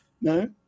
No